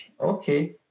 okay